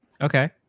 Okay